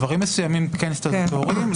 דברים מסוימים כן סטטוטורי, אבל לא הכול.